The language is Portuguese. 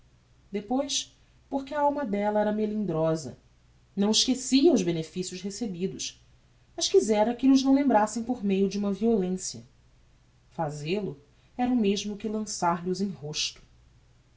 depois porque a alma della era melindrosa não esquecia os beneficios recebidos mas quizera que lh'os não lembrassem por meio de uma violencia fazel-o era o mesmo que lançar lhos em rosto